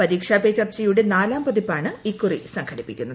പരീക്ഷ പേ ചർച്ചയുടെ നാലാം പതിപ്പാണ് ഇക്കുറി സംഘടിപ്പിക്കുന്നത്